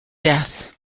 death